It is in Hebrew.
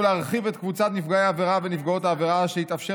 להרחיב את קבוצת נפגעי העבירה ונפגעות העבירה שיתאפשר